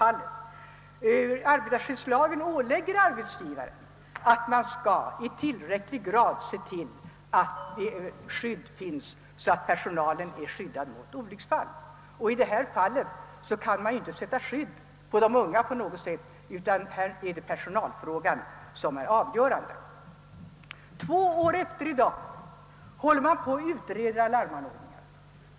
Arbetarskyddslagen ålägger arbetsgivaren att iakttaga allt vad på honom ankommer för att förebygga olycksfall i arbetet. I detta fall kan man ju inte sätta skydd på de unga som på farliga maskiner, utan härvidlag är personalfrågan det avgörande. I dag, två år efter nämnda händelse, håller man på att utreda alarmanordningar. Ingen utökning av personalen har skett.